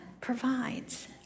provides